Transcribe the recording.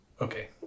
okay